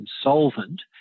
insolvent